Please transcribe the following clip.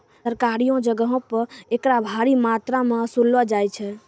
सरकारियो जगहो पे एकरा भारी मात्रामे वसूललो जाय छै